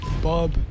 Bob